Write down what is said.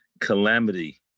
calamity